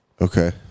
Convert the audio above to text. Okay